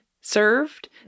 served